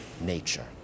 nature